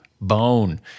bone